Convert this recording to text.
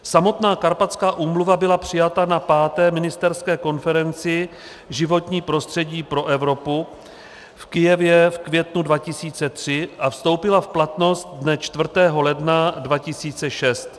Samotná Karpatská úmluva byla přijata na 5. ministerské konferenci Životní prostředí pro Evropu v Kyjevě v květnu 2003 a vstoupila v platnost dne 4. ledna 2006.